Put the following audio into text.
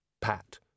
pat